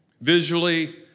Visually